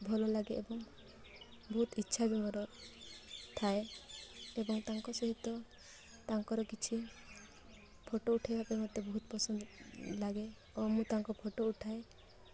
ଭଲ ଲାଗେ ଏବଂ ବହୁତ ଇଚ୍ଛା ବି ମୋର ଥାଏ ଏବଂ ତାଙ୍କ ସହିତ ତାଙ୍କର କିଛି ଫଟୋ ଉଠାଇବା ପାଇଁ ମତେ ବହୁତ ପସନ୍ଦ ଲାଗେ ଓ ମୁଁ ତାଙ୍କ ଫଟୋ ଉଠାଏ